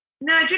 no